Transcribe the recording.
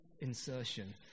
insertion